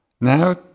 Now